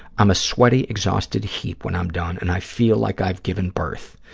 i'm a sweaty, exhausted heap when i'm done, and i feel like i've given birth.